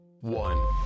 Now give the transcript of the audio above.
one